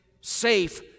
safe